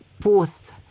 fourth